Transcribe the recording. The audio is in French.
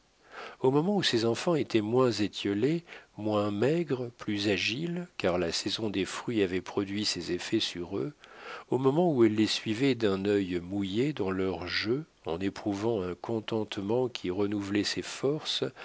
au moment où ses enfants étaient moins étiolés moins maigres plus agiles car la saison des fruits avait produit ses effets sur eux au moment où elle les suivait d'un œil mouillé dans leurs jeux en éprouvant un contentement qui renouvelait ses forces